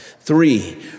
Three